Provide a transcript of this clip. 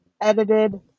edited